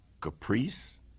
caprice